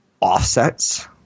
offsets